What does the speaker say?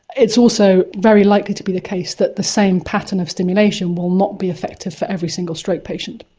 it's also very likely to be the case that the same pattern of stimulation will not be effective for every single stroke patient.